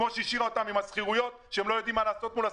כפי שהיא השאירה אותם עם השכירויות שהם לא יודעים מה לעשות איתן,